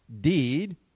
Deed